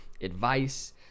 advice